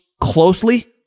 closely